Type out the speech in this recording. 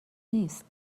نیست